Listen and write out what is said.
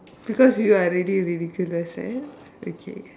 because you are really ridiculous right okay